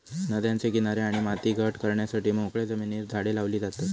नद्यांचे किनारे आणि माती घट करण्यासाठी मोकळ्या जमिनीर झाडे लावली जातत